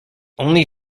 only